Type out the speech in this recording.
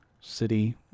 city